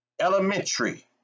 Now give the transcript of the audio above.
elementary